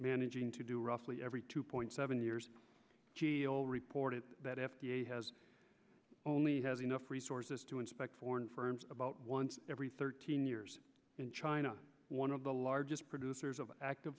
managing to do roughly every two point seven years old reported that f d a has only has enough resources to inspect foreign firms about once every thirteen years in china one of the largest producers of active